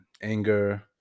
anger